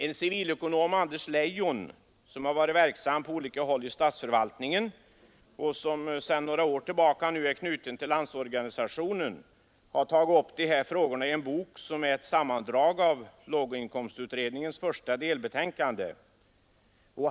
En civilekonom, Anders Leijon, som har varit verksam på olika håll i statsförvaltningen och som nu sedan några år tillbaka är knuten till Landsorganisationen, har tagit upp dessa frågor i en bok som är ett sammandrag av låginkomstutredningens första delbetänkande.